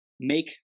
make